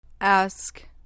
Ask